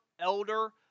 elder